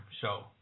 show